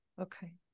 Okay